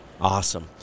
Awesome